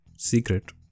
Secret